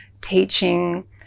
teaching